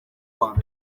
rwanda